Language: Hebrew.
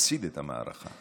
מפסיד במערכה,